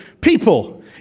people